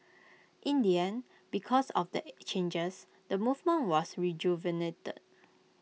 in the end because of the changes the movement was rejuvenated